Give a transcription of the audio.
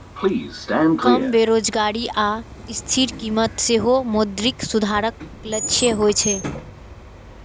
कम बेरोजगारी आ स्थिर कीमत सेहो मौद्रिक सुधारक लक्ष्य होइ छै